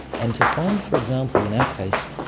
and to find, for example in our case,